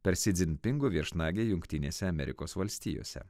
per si dzinpingo viešnagę jungtinėse amerikos valstijose